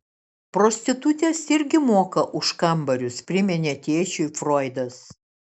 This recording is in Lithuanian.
prostitutės irgi moka už kambarius priminė tėčiui froidas